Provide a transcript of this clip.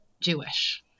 Jewish